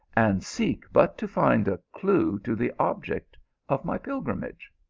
and seek but to find a clue to the object of my pilgrimage.